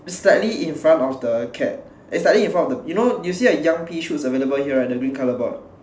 slightly in front of the cat eh slightly in front of the you know you see the young pea shoots available here right the green colour board